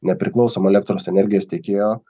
nepriklausomo elektros energijos tiekėjo